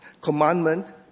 commandment